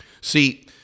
See